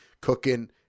cooking